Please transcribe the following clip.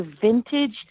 vintage